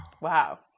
wow